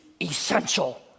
essential